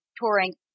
touring